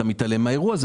אתה מתעלם מן האירוע הזה.